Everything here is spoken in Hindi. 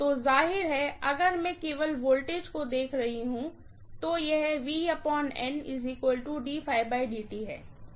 तो जाहिर है अगर मैं केवल वोल्टेज को देख रही हूँ तो यह है